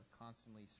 constantly